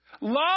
Love